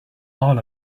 all